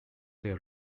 their